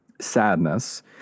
Sadness